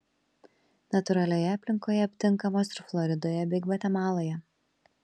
natūralioje aplinkoje aptinkamos ir floridoje bei gvatemaloje